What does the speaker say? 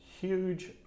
huge